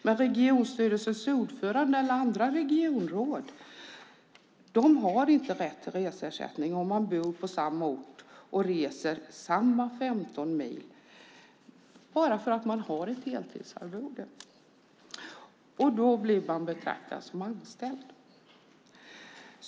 Men regionstyrelsens ordförande eller andra regionråd har inte rätt till reseersättning om de bor på samma ort och reser samma 15 mil bara för att de har ett heltidsarvode. Då blir de betraktade som anställda.